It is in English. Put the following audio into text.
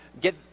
get